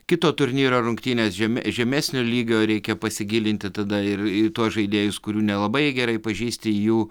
kito turnyro rungtynės žeme žemesnio lygio reikia pasigilinti tada ir į tuos žaidėjus kurių nelabai gerai pažįsti į jų